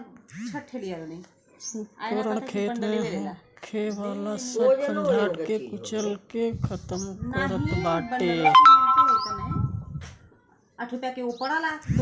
उपकरण खेत में होखे वाला सब खंजाट के कुचल के खतम करत बाटे